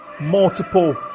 multiple